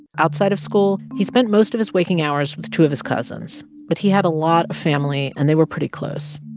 outside of school, he spent most of his waking hours with two of his cousins. but he had a lot of family, and they were pretty close.